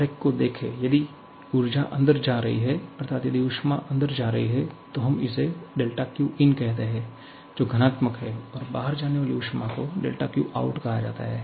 आरेख को देखें यदि ऊर्जा अंदर जा रही है अर्थात यदि ऊष्मा अंदर जा रही है तो हम इसे Qin कहते हैं जो धनात्मक है और बाहर आने वाली ऊष्मा को Qout कहा जाता है